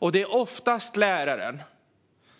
Och det är oftast läraren